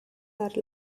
are